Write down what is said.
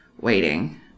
waiting